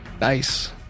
Nice